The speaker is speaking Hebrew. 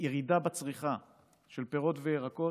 ירידה בצריכה של פירות וירקות,